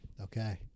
Okay